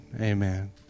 amen